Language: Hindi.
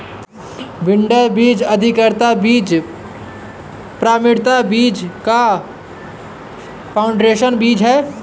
ब्रीडर बीज, अधिकृत बीज, प्रमाणित बीज व फाउंडेशन बीज है